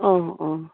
অঁ অঁ